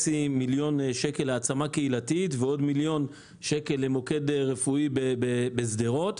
מיליון שקלים להעצמה קהילתית ועוד מיליון שקלים למוקד רפואי בשדרות.